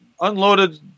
unloaded